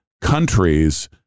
countries